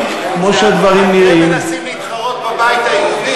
אתם מנסים להתחרות בבית היהודי.